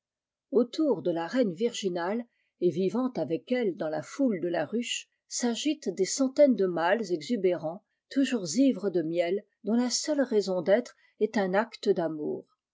autour de la reine virginale et vivant avec elle dans la foule de la ruche s'agitent des centaines de mâles exubérants toujours ivres de miel dont la seule raison d'être est un acte d'amour